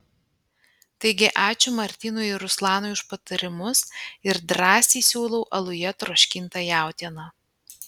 taigi ačiū martynui ir ruslanui už patarimus ir drąsiai siūlau aluje troškintą jautieną